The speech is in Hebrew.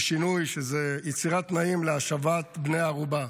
עם שינוי שהוא יצירת תנאים להשבת בני הערובה.